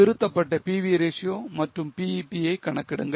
திருத்தப்பட்ட PV ratio மற்றும் BEP ஐ கணக்கிடுங்கள்